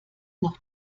noch